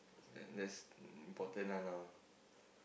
and that's important lah now